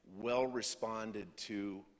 well-responded-to